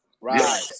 Right